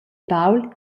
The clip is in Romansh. baul